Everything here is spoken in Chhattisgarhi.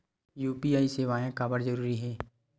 यू.पी.आई सेवाएं काबर जरूरी हे?